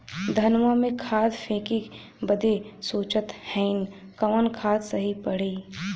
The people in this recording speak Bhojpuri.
धनवा में खाद फेंके बदे सोचत हैन कवन खाद सही पड़े?